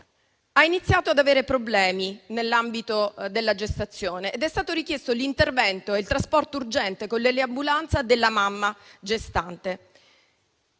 ha iniziato ad avere problemi durante la gestazione ed è stato perciò richiesto l'intervento e il trasporto urgente con l'eliambulanza della mamma gestante.